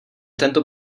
tento